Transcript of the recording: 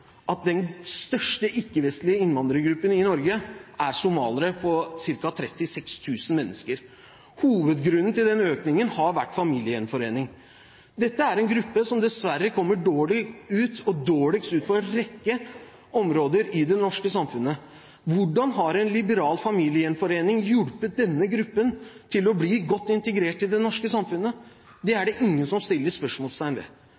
at den største ikke-vestlige innvandrergruppen i Norge er somaliere, med ca. 36 000 mennesker. Hovedgrunnen til den økningen har vært familiegjenforening. Dette er en gruppe som dessverre kommer dårlig ut og dårligst ut på en rekke områder i det norske samfunnet. Hvordan har en liberal familiegjenforeningspolitikk hjulpet denne gruppen til å bli godt integrert i det norske samfunnet? Det er det ingen som setter spørsmålstegn ved.